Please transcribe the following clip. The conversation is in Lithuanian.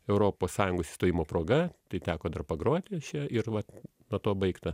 europos sąjungos įstojimo proga tai teko dar pagroti ir vat po to baigta